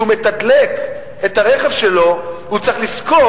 כשהוא מתדלק את הרכב שלו הוא צריך לזכור